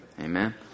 Amen